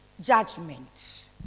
judgment